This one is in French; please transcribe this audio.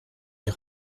est